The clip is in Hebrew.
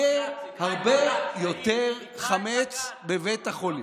יהיה הרבה יותר חמץ בבית החולים.